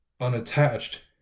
unattached